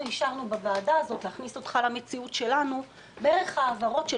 אנחנו אישרנו בוועדה הזאת להכניס אותך למציאות שלנו העברות של